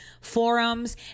forums